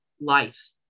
life